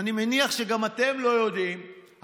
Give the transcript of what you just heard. אני מניח שגם אתם לא יודעים,